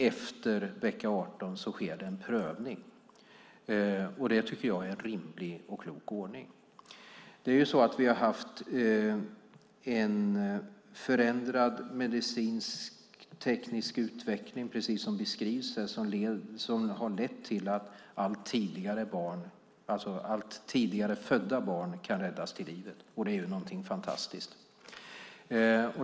Efter vecka 18 sker en prövning. Det tycker jag är en rimlig och klok ordning. Vi har haft en förändrad medicinsk-teknisk utveckling, precis som beskrevs här, som har lett till att allt tidigare födda barn kan räddas till livet, och det är någonting fantastiskt.